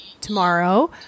tomorrow